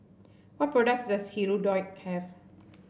what products does Hirudoid have